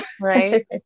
right